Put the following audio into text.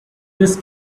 this